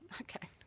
okay